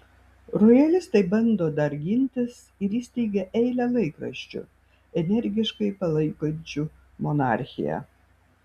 rojalistai bando dar gintis ir įsteigia eilę laikraščių energiškai palaikančių monarchiją